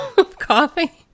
coffee